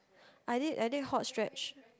I did I did hot stretch